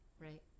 right